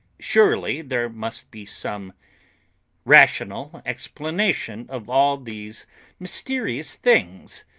surely there must be some rational explanation of all these mysterious things.